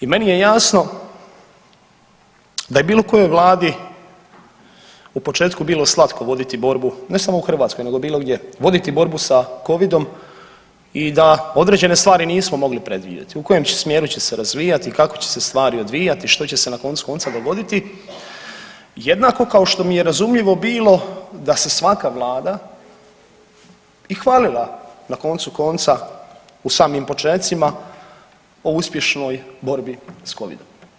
I meni je jasno da je bilo kojoj Vladi u početku bilo slatko voditi borbu ne samo u Hrvatskoj, nego bilo gdje, voditi borbu sa covidom i da određene stvari nismo mogli predvidjeti u kojem smjeru će se razvijati, kako će se stvari odvijati, što će se na koncu konca dogoditi jednako kao što mi je razumljivo bilo da se svaka Vlada i hvalila na koncu konca u samim počecima o uspješnoj borbi sa covidom.